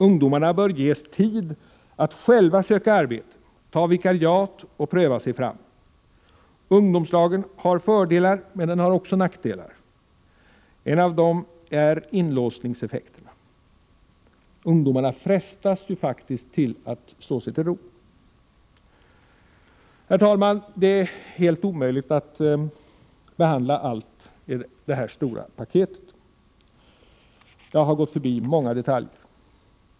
Ungdomarna bör ges tid att själva söka arbete, ta vikariat och pröva sig fram. Ungdomslagen har fördelar men också nackdelar. En av dem är inlåsningseffekterna. Ungdomarna frestas ju faktiskt till att slå sig till ro. Herr talman! Det är helt omöjligt att behandla allt i detta stora paket. Jag har gått förbi många detaljer.